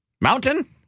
mountain